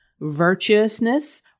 virtuousness